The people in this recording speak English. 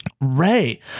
Ray